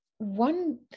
One